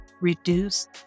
Reduce